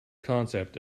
concept